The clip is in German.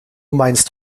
meinst